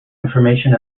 information